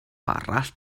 arall